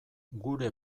gure